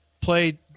played